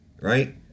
right